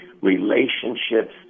relationships